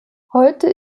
heute